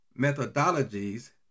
methodologies